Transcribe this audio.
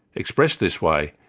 expressed this way,